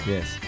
Yes